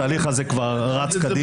התהליך הזה כבר רץ קדימה.